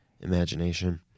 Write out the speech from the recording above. imagination